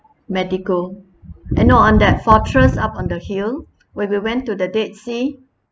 madigo eh no on that fortress up on the hill when we went to the dead sea